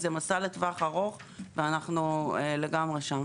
זה מסע לטווח ארוך ואנחנו לגמרי שם.